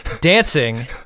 dancing